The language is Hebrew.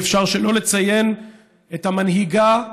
אי-אפשר שלא לציין את המנהיגה,